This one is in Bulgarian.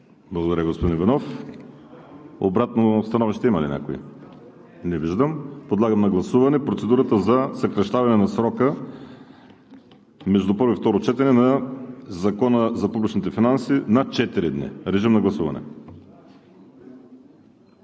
Благодаря, господин Иванов. Обратно становище има ли някой? Не виждам. Подлагам на гласуване процедурата за съкращаване на срока между първо и второ четене на Закона за публичните финанси на четири дни. Гласували